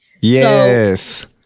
Yes